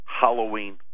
Halloween